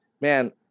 man